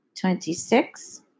twenty-six